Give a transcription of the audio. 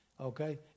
Okay